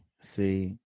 see